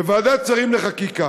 בישיבת ועדת שרים לחקיקה